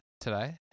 today